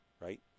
right